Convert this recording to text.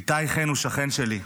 איתי חן הוא שכן שלי,